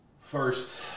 first